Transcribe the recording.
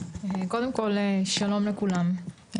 שלום לכולם,